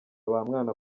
bamwana